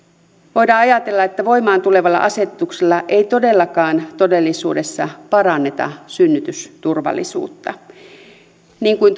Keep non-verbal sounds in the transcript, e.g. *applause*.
voidaan ajatella että voimaan tulevalla asetuksella ei todellakaan todellisuudessa paranneta synnytysturvallisuutta niin kuin *unintelligible*